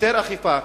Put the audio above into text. יותר אכיפה,